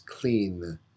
clean